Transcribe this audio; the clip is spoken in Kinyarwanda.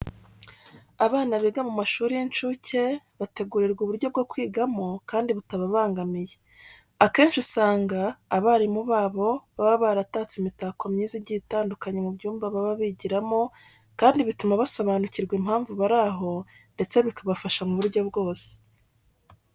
Abana biga mu mashuri y'incuke bategurirwa uburyo bwo kwigamo kandi butababangamiye. Akenshi usanga abarimu babo baba baratatse imitako myiza igiye itandukanye mu byumba baba bigiramo kandi bituma basobanukirwa impamvu bari aho ndetse bikabafasha mu buryo bwose.